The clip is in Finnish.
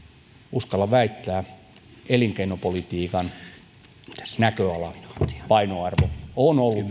uskallan väittää elinkeinopolitiikan näköala painoarvo on ollut